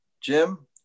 Jim